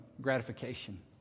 gratification